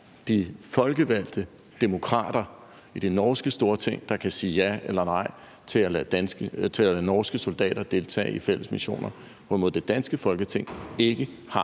de folkevalgte demokrater i det norske storting, der kan sige ja eller nej til at lade norske soldater deltage i fælles missioner, hvorimod det danske Folketing ikke har